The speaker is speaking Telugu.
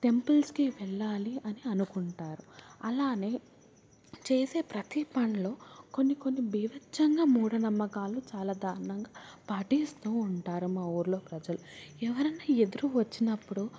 టెంపుల్స్కి వెళ్ళాలి అని అనుకుంటారు అలానే చేసే ప్రతి పనిలో కొన్ని కొన్ని భీవత్సంగా మూఢనమ్మకాలు చాలా దారుణంగా పాటిస్తూ ఉంటారు మా ఊరిలో ప్రజలు ఎవరన్నా ఎదురు వచినప్పుడు